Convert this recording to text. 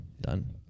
done